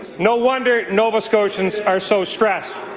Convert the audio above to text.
no wonder nova scotians are so expressed.